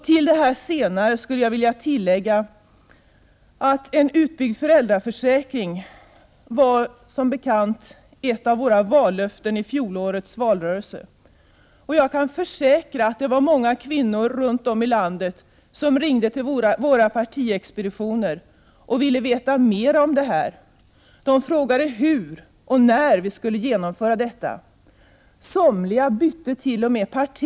Till detta senare skulle jag vilja tillägga: En utbyggd föräldraförsäkring var, som bekant, ett av våra vallöften i fjolårets valrörelse. Jag kan försäkra att det var många kvinnor som ringde till våra partiexpeditioner runt om i landet och ville veta mera om detta. De frågade om hur och när vi skulle genomföra detta. Somliga bytte t.o.m. parti.